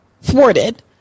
thwarted